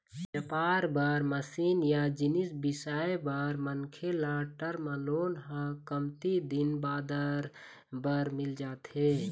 बेपार बर मसीन या जिनिस बिसाए बर मनखे ल टर्म लोन ह कमती दिन बादर बर मिल जाथे